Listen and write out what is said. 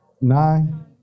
nine